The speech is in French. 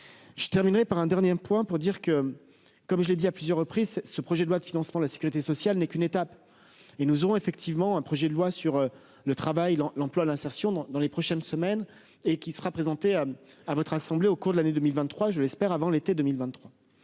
Je terminerai par un dernier point pour dire que, comme je l'ai dit à plusieurs reprises, ce projet de loi de financement de la Sécurité sociale n'est qu'une étape et nous aurons effectivement un projet de loi sur le travail, l'emploi, l'insertion dans dans les prochaines semaines et qui sera présenté à votre assemblée au cours de l'année 2023, je l'espère, avant l'été 2023.